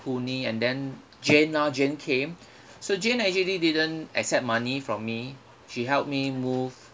puni and then jane lor jane came so jane actually didn't accept money from me she helped me move